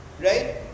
right